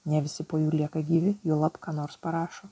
ne visi po jų lieka gyvi juolab ką nors parašo